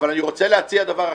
אבל אני רוצה להציע דבר אחר.